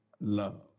love